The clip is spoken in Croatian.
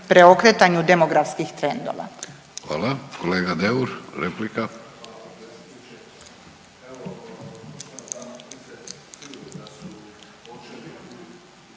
preokretanju demografskih trendova.